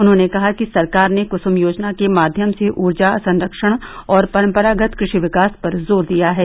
उन्होंने कहा कि सरकार ने कूसुम योजना के माध्यम से ऊर्जा संरक्षण और परम्परागत कृषि विकास पर जोर दिया है